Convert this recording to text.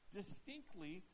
distinctly